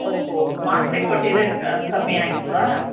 ಓಹೋ ಮಾತ್ರೆ ಕೊಟ್ಟಿದ್ದೆ ಕಮ್ಮಿ ಆಗಿಲ್ಲವಾ